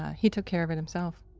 he took care of it himself